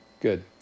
Good